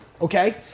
okay